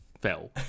fell